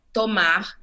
tomar